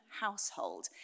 household